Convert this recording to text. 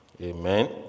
Amen